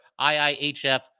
IIHF